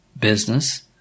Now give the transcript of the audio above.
business